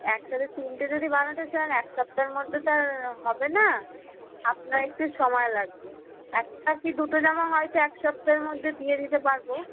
একসাথে তিনটে যদি বানাতে চান এক সপ্তাহর মধ্যে তো হবে না আপনার একটু সমায় লাগবে একটা কি দুটো জামা হয়তো এক সপ্তার মধ্যে দিয়ে দিতে পারবো